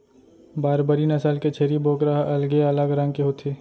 बारबरी नसल के छेरी बोकरा ह अलगे अलग रंग के होथे